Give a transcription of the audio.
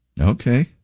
Okay